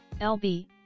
LB